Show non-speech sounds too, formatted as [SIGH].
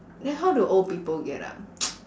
then how do old people get up [NOISE]